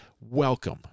welcome